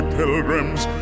pilgrims